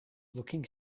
looking